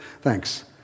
thanks